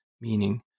meaning